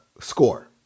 score